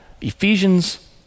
Ephesians